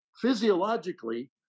physiologically